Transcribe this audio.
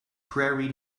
prairie